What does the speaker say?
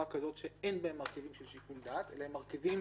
כזאת שאין בהן מרכיבים של שיקול דעת אלא מרכיבים